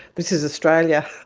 this is australia.